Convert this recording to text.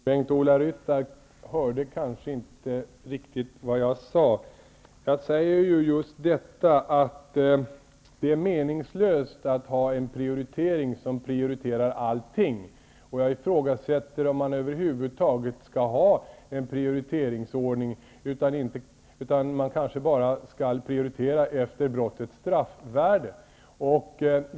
Herr talman! Bengt-Ola Ryttar hörde kanske inte riktigt vad jag sade. Jag framhöll ju att det är meningslöst att ha en prioritering som prioriterar allting. Och jag ifrågasätter om man över huvud taget skall ha en prioriteringsordning. Man skall kanske bara prioritera efter brottets straffvärde.